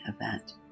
event